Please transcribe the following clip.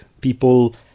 People